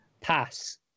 Pass